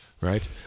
right